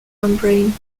membrane